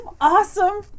awesome